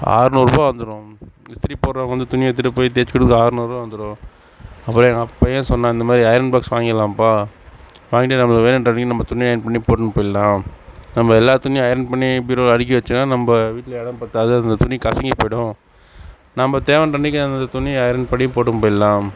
ஆறுநூறுபா வந்துடும் இஸ்திரி போடறவுங்க வந்து துணியை எடுத்துட்டு போய் தேச்சு கொடுக்க ஆறுநூறுபா வந்துடும் அப்புறம் எங்கள் பையன் சொன்னான் இந்தமாதிரி அயர்ன் பாக்ஸ் வாங்கிடலாம்பா வாங்கிட்டு நமக்கு வேணுன்ற அன்னிக்கி நம்ம துணியை அயர்ன் பண்ணி போட்டுனு போயிடலாம் நம்ம எல்லா துணி அயர்ன் பண்ணி பீரோவில் அடுக்கி வெச்சாலும் நம்ம வீட்டில் இடம் பற்றாது அந்த துணி கசங்கி போயிடும் நம்ம தேவைன்ற அன்னிக்கி அந்தந்த துணியை அயர்ன் படி போட்டும் போயிடலாம்